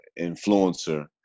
influencer